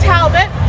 Talbot